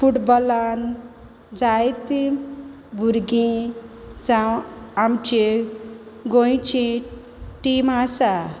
फुटबॉलान जायतीं भुरगीं जावं आमचे गोंयची टीम आसा